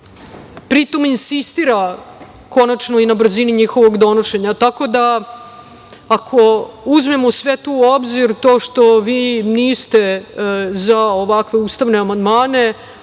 pri tom insistira konačno i na brzini njihovog donošenja. Ako uzmemo sve to u obzir, to što vi niste za ovakve ustavne amandmane,